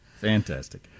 Fantastic